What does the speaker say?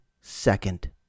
second